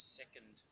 second